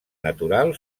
natural